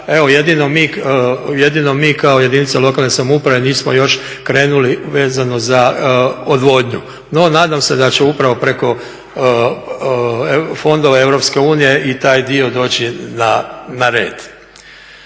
jedino mi kao jedinica lokalne samouprave nismo još krenuli vezano za odvodnju, no nadam se da će upravo preko fondova Europske unije i taj dio doći na red.